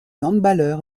handballeur